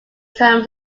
columns